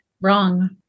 wrong